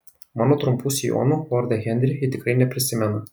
mano trumpų sijonų lorde henri ji tikrai neprisimena